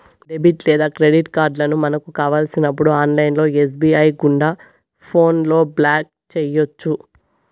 debit లేదా credit కార్డులను మనకు కావలసినప్పుడు ఆన్లైన్ ఎస్.బి.ఐ గుండా ఫోన్లో బ్లాక్ చేయొచ్చు